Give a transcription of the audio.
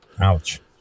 Ouch